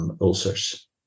ulcers